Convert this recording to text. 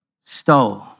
stole